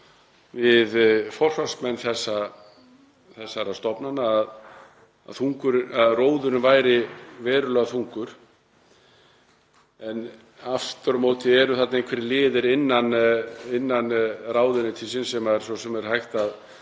við forsvarsmenn þessara stofnana að róðurinn væri verulega þungur. En aftur á móti eru þarna einhverjir liðir innan ráðuneytisins sem er hægt að